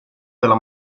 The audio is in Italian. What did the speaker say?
della